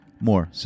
more